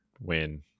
win